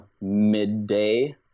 midday